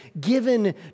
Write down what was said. given